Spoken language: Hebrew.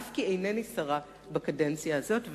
אף כי אינני שרה בקדנציה הזאת,